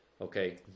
Okay